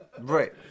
Right